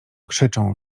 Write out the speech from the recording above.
krzyczą